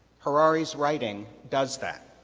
harari's writing does that.